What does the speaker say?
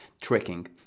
tracking